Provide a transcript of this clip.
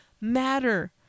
matter